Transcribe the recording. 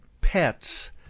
pets